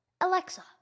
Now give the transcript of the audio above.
Alexa